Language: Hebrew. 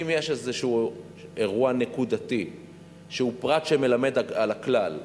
אם יש איזה אירוע נקודתי שהוא פרט שמלמד על הכלל,